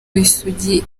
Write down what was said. w’isugi